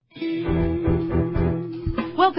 Welcome